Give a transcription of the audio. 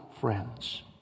friends